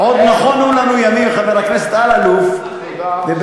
חבר הכנסת כבל, זמנך עבר.